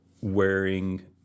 wearing